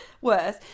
Worse